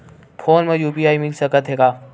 Phone मा UPI मिल सकत हे का?